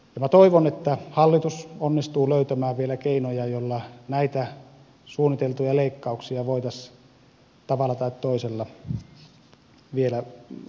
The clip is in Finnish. minä toivon että hallitus onnistuu vielä löytämään keinoja joilla näitä suunniteltuja leikkauksia voitaisiin tavalla tai toisella vielä ainakin pienentää